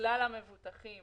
שכלל המבוטחים